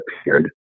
appeared